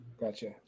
gotcha